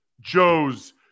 Joe's